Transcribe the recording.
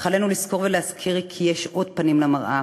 אך עלינו לזכור ולהזכיר כי יש עוד פנים למראה,